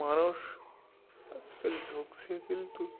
মানুষ আজকাল ঝুঁকছে কিন্তু